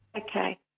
Okay